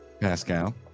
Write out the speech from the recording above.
Pascal